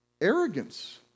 arrogance